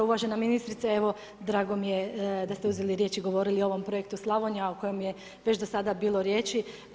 Uvažena ministrice, evo, drago mi je da ste uzeli riječ i govorili o ovom projektu Slavonija, a o kojem je već do sada bilo riječi.